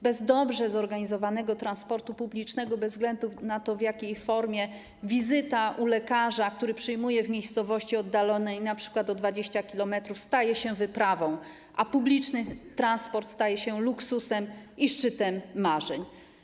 Bez dobrze zorganizowanego transportu publicznego - bez względu na to, w jakiej formie - wizyta u lekarza, który przyjmuje w miejscowości oddalonej np. o 20 km, staje się wyprawą, a publiczny transport staje się luksusem i szczytem marzeń.